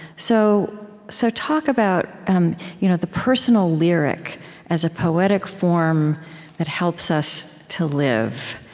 so so talk about um you know the personal lyric as a poetic form that helps us to live,